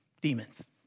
Demons